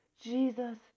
Jesus